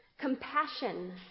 Compassion